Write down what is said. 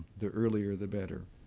the earlier the better.